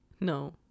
no